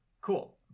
cool